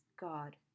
god